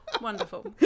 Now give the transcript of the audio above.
Wonderful